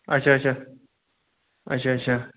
اچھا اچھا اچھا اچھا